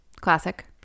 classic